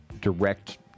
direct